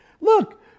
Look